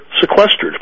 sequestered